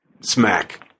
smack